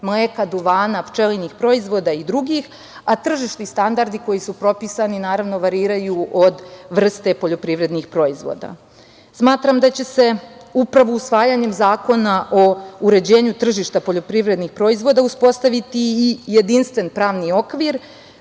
mleka, duvana, pčelinjih proizvoda i drugih, a tržišni standardi koji su propisani, naravno, variraju od vrste poljoprivrednih proizvoda. Smatram da će se upravo usvajanjem zakona o uređenju tržišta poljoprivrednih proizvoda uspostaviti i jedinstven pravni okvir